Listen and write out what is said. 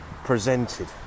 Presented